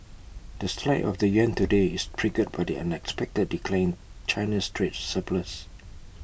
the slide of the yuan today is triggered by the unexpected decline in China's trade surplus